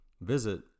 Visit